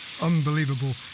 unbelievable